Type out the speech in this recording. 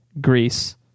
Greece